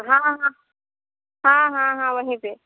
हाँ हाँ हाँ हाँ हाँ वहीं पे